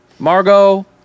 Margot